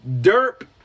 Derp